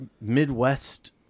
Midwest